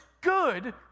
good